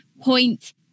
point